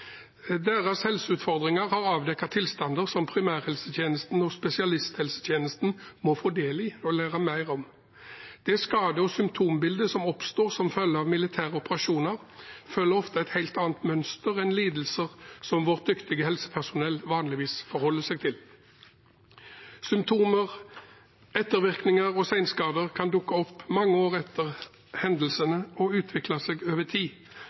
Deres helseutfordringer har avdekket tilstander som primærhelsetjenesten og spesialisthelsetjenesten må få del i og lære mer om. Det skade- og symptombildet som oppstår som følge av militære operasjoner, følger ofte et helt annet mønster enn lidelser vårt dyktige helsepersonell vanligvis forholder seg til. Symptomer, ettervirkninger og seinskader kan dukke opp mange år etter hendelsene og utvikle seg over tid.